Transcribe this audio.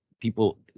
people